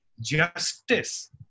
justice